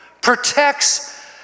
protects